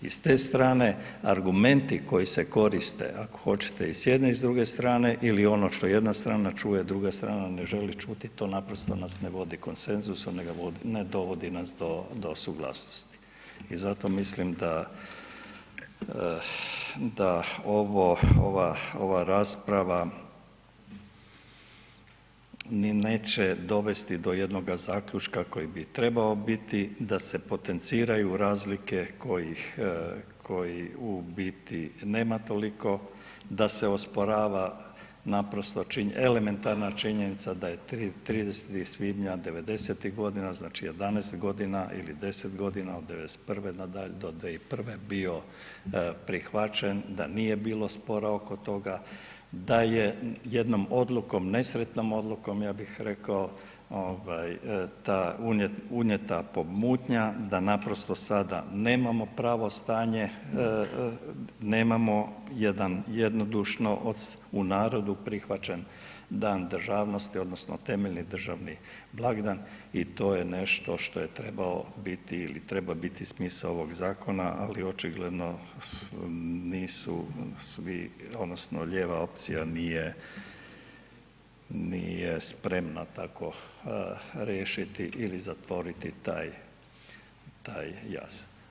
I s te strane argumenti koji se koriste ako hoćete i s jedne i s druge strane ili ono što jedna strana čuje, druga strana ne želi čuti, to naprosto nas ne vodi konsenzusu, ne dovodi nas do suglasnosti i zato mislim da ova rasprava ni neće dovesti do jednoga zaključka koji bi trebao biti, da se potenciraju razlike kojih u biti nema toliko, da se osporava naprosto elementarna činjenica da je 30. svibnja 90-ih godina, znači 11 g. ili 10 g. od '91. nadalje do 2001. bio prihvaćen, da nije bilo spora oko toga, da je jednom odlukom, nesretnom odlukom ja bih rekao, unijeta pomutnja da naprosto sada nemamo pravo stanje, nemamo jednodušno u narodu prihvaćen Dan državnosti odnosno temeljeni državni blagdan i to je nešto što je trebalo biti ili treba biti smisao ovog zakona ali očigledno nisu svi odnosno lijeva opcija nije spremna tako riješiti ili zatvoriti taj jaz.